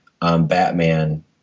Batman